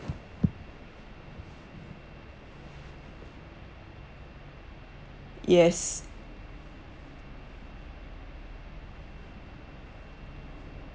yes